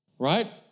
Right